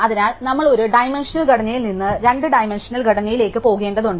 അതിനാൽ നമ്മൾ ഒരു ഡൈമൻഷണൽ ഘടനയിൽ നിന്ന് രണ്ട് ഡൈമൻഷണൽ ഘടനയിലേക്ക് പോകേണ്ടതുണ്ട്